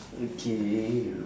okay